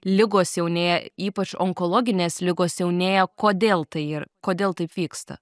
ligos jaunėja ypač onkologinės ligos jaunėja kodėl tai ir kodėl taip vyksta